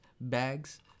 bags